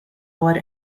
our